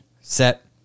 set